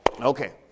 okay